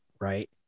Right